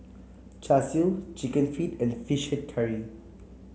Char Siu chicken feet and fish head curry